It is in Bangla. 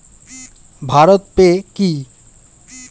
ভারত পে কি?